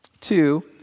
Two